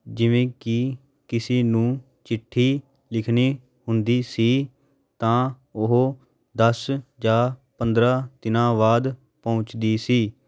ਜਿਵੇਂ ਕਿ ਕਿਸੇ ਨੂੰ ਚਿੱਠੀ ਲਿਖਣੀ ਹੁੰਦੀ ਸੀ ਤਾਂ ਉਹ ਦਸ ਜਾਂ ਪੰਦਰਾਂ ਦਿਨਾਂ ਬਾਅਦ ਪਹੁੰਚਦੀ ਸੀ